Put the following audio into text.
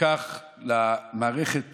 לקח למערכת